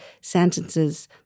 sentences